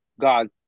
God